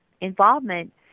involvement